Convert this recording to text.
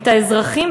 את האזרחים,